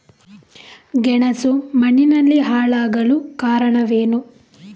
ಗೆಣಸು ಮಣ್ಣಿನಲ್ಲಿ ಹಾಳಾಗಲು ಕಾರಣವೇನು?